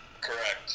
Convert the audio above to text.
Correct